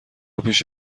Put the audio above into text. پیش